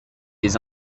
des